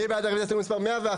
מי בעד רביזיה להסתייגות מספר 98?